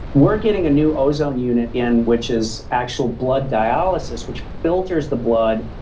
we're getting a new ozone unit in which is actual blood dialysis which filters the blood,